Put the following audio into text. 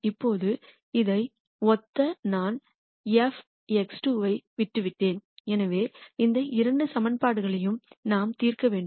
இப்போது இதை ஒத்த நான் 4 x2 ஐ விட்டுவிட்டேன் எனவே இந்த இரண்டு சமன்பாடுகளையும் நாம் தீர்க்க வேண்டும்